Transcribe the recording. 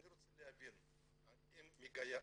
אני רוצה להבין את המגמה.